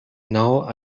now